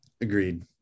agreed